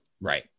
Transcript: Right